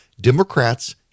Democrats